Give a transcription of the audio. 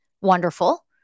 Wonderful